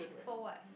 for what